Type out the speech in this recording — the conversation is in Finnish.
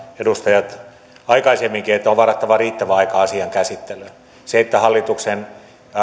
edustajat aikaisemminkin että on varattava riittävä aika asian käsittelyyn se että hallituksen